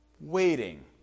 waiting